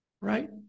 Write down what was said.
Right